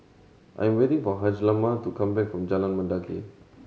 I am waiting for Hjalmer to come back from Jalan Mendaki